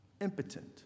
impotent